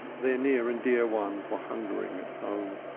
their near and dear ones were hungering at home.